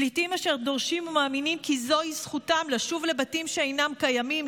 פליטים אשר דורשים ומאמינים כי זוהי זכותם לשוב לבתים שאינם קיימים,